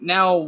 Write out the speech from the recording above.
Now